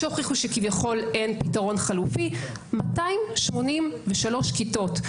שהוכיחו שכביכול אין פתרון חלופי, 283 כיתות.